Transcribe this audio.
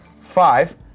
five